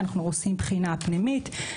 אלא עושים בחינה פנימית.